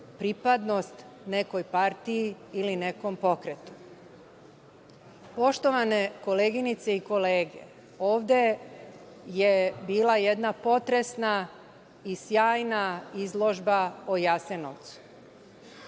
pripadnost nekoj partiji ili nekom pokretu. Poštovane koleginice i kolege, ovde je bila jedna potresna i sjajna izložba o Jasenovcu.